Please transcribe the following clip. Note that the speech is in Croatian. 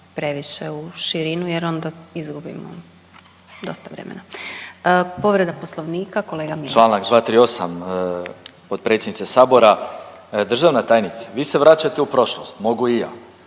previše u širinu jer onda izgubimo dosta vremena. Povreda Poslovnika kolega Miletić. **Miletić, Marin (MOST)** Članak 238. potpredsjednice sabora. Državna tajnice vi se vraćate u prošlost mogu i ja.